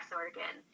organ